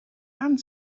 and